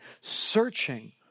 searching